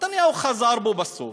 נתניהו חזר בו בסוף,